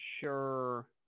sure